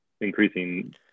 increasing